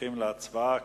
הולכים להצבעה.